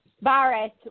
virus